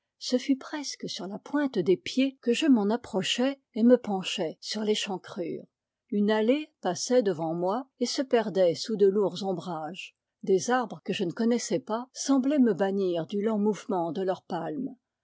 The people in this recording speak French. ce fut presque sur la pointe des pieds que je m'en approchai et me penchai sur l'échancrure une allée passait devant moi et se perdait sous de lourds ombrages des arbres que je ne connaissais pas semblaient me bannir du lent mouvement de leurs palmes